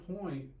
point